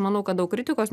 manau kad daug kritikos